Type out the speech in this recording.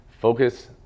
Focus